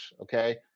okay